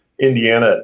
Indiana